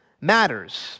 matters